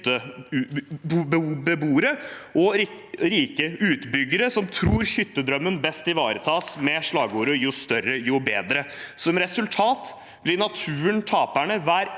og rike utbyggere, som tror hyttedrømmen best ivaretas med slagordet «jo større, jo bedre». Som resultat blir naturen taperen hver eneste